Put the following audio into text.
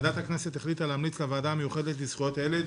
ועדת הכנסת החליטה להמליץ לוועדה המיוחדת לזכויות הילד